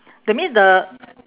that mean the